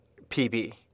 PB